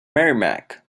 merrimac